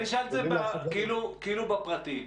אני אשאל כאילו בפרטי.